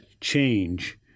change